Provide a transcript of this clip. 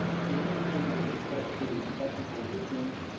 specifically with respect to technical assistance.